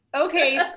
Okay